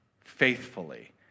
faithfully